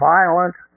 Violent